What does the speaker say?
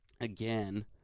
again